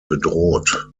bedroht